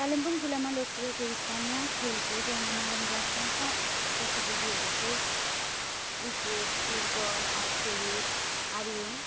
कालेबुङ जिल्लामा लोकप्रिय केही स्थानीय खेलकुद वा मनोरञ्जनात्मक गतिविधिहरू चाहिँ क्रिकेट फुटबल आर्चरी आदि हुन्